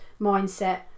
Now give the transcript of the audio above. mindset